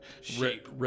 shape